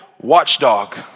watchdog